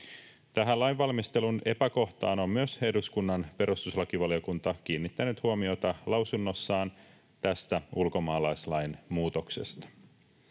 Tähän lainvalmistelun epäkohtaan on myös eduskunnan perustuslakivaliokunta kiinnittänyt huomiota lausunnossaan tästä ulkomaalaislain muutoksesta.